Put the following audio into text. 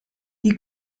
die